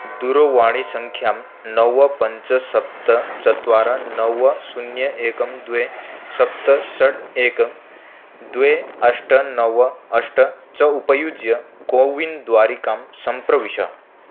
दूरवाणीसङ्ख्यां नव पञ्च सप्त चत्वार नव शून्यम् एकं द्वे सप्त षड् एकं द्वे अष्ट नव अष्ट च उपयुज्य कोविन् द्वारिकां सम्प्रविश